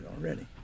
already